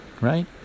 Right